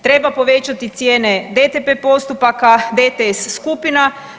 Treba povećati cijene DTP postupaka, DTS skupina.